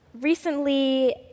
Recently